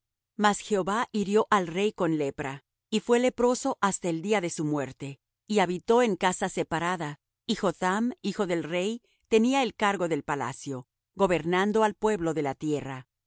mas jehová hirió al rey con lepra y fué leproso hasta el día de su muerte y habitó en casa separada y jotham hijo del rey tenía el cargo del palacio gobernando al pueblo de la tierra lo